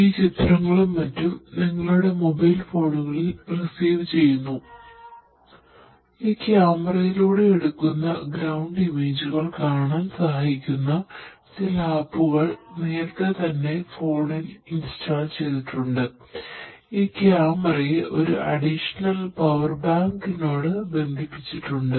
ഈ ക്യാമറ നോട് ബന്ധിപ്പിച്ചിട്ടുണ്ട്